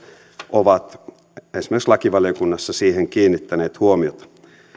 ovat esimerkiksi lakivaliokunnassa siihen kiinnittäneet huomiota